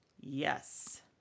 Yes